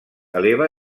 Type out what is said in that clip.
eleva